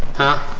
huh,